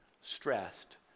stressed